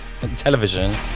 television